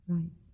Right